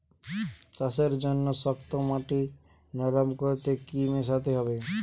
চাষের জন্য শক্ত মাটি নরম করতে কি কি মেশাতে হবে?